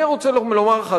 אני רוצה לומר לך,